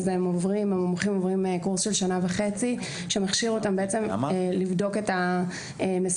המומחים עוברים קורס של שנה וחצי שמכשיר אותם בעצם לבדוק את המסוכנות.